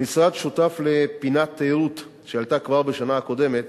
המשרד שותף לפינת תיירות שעלתה כבר בשנה הקודמת